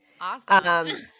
Awesome